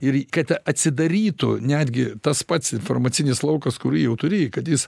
ir kad atsidarytų netgi tas pats informacinis laukas kurį jau turi kad jis